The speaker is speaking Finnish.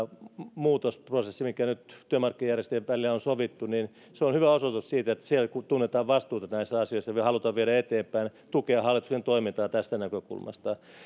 muutosprosessi mistä nyt työmarkkinajärjestöjen välillä on sovittu on hyvä osoitus siitä että siellä tunnetaan vastuuta näistä asioista ja halutaan viedä eteenpäin tukea hallituksen toimintaa tästä näkökulmasta